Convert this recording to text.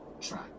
track